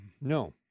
No